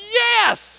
yes